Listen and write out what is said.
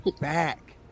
back